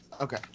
Okay